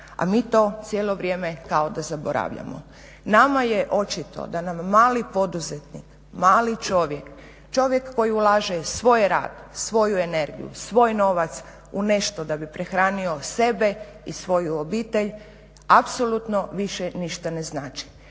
a mi to cijelo vrijeme kao da zaboravljamo. Nama je očito da nam mali poduzetnik, mali čovjek, čovjek koji ulaže svoj rad, svoju energiju, svoj novac u nešto da bi prehranio sebe i svoju obitelj, apsolutno više ništa ne znači.